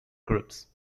groups